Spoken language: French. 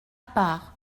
part